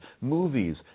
movies